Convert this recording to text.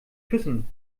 küssen